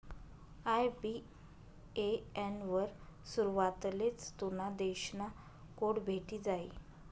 IBAN वर सुरवातलेच तुना देश ना कोड भेटी जायी